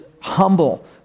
humble